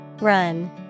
Run